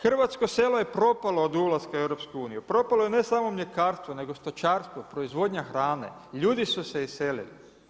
Hrvatsko selo je propalo od ulaska u EU, propalo je ne samo mljekarstvo, nego stočarstvo, proizvodnja hrane, ljudi su se iselili.